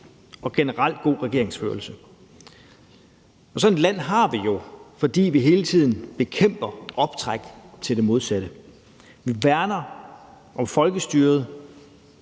og generelt god regeringsførelse. Sådan et land har vi jo, fordi vi hele tiden bekæmper optræk til det modsatte. Vi værner om folkestyret